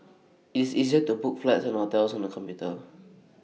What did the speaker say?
it's easy to book flights and hotels on the computer